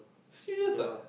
serious ah